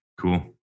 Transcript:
Cool